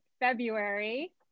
February